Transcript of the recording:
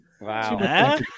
Wow